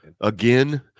Again